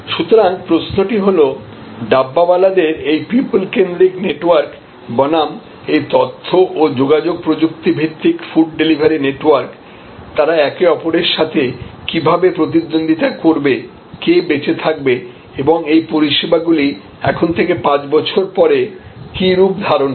সুতরাং প্রশ্নটি হল ডাব্বওয়ালাদের এই পিউপল কেন্দ্রিক নেটওয়ার্ক বনাম এই তথ্য ও যোগাযোগ প্রযুক্তি ভিত্তিক ফুড ডেলিভারি নেটওয়ার্ক তারা একে অপরের সাথে কীভাবে প্রতিদ্বন্দ্বিতা করবে কে বেঁচে থাকবে এবং এই পরিষেবাগুলি এখন থেকে 5 বছর পর কি রূপ ধারণ করবে